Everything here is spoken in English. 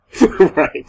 right